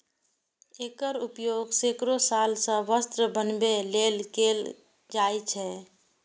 एकर उपयोग सैकड़ो साल सं वस्त्र बनबै लेल कैल जाए छै